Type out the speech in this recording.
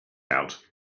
out